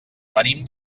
venim